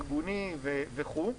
ארגוני וכו'.